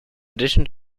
addition